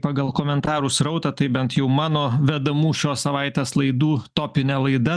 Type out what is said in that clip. pagal komentarų srautą tai bent jau mano vedamų šios savaitės laidų topinė laida